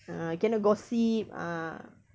ah cannot gossip ah